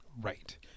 Right